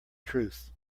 truth